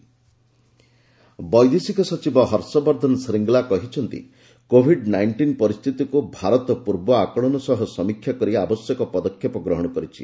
India proactive ବୈଦେଶିକ ସଚିବ ହର୍ଷବର୍ଦ୍ଧନ ଶ୍ରୀଙ୍ଗ୍ଲା କହିଛନ୍ତି କୋଭିଡ୍ ନାଇଷ୍ଟିନ୍ ପରିସ୍ଥିତିକୁ ଭାରତ ପୂର୍ବ ଆକଳନ ସହ ସମୀକ୍ଷା କରି ଆବଶ୍ୟକ ପଦକ୍ଷେପ ଗ୍ରହଣ କରିଛି